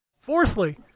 Fourthly